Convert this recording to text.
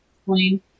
explain